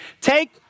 Take